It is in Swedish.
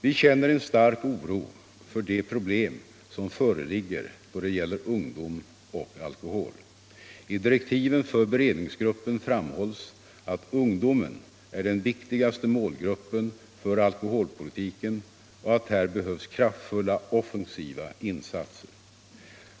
Vi känner en stark oro för de problem som föreligger då det gäller ungdom och alkohol. I direktiven för beredningsgruppen framhålls att ungdomen är den viktigaste målgruppen för alkoholpolitiken och att här behövs kraftfulla offensiva insatser.